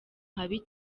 habi